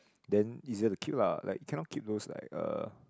then easier to keep lah like you cannot keep those like uh